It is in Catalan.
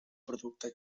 producte